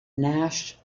nash